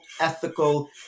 ethical